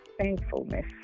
Thankfulness